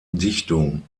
dichtung